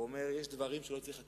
ואומר שיש דברים שלא מצריכים חקיקה.